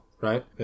right